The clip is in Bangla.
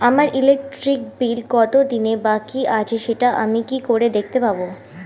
আমার ইলেকট্রিক বিল কত দিনের বাকি আছে সেটা আমি কি করে দেখতে পাবো?